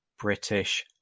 British